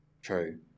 True